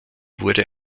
wurde